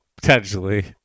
Potentially